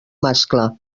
mascle